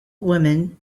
women